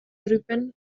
truppen